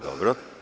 Dobro.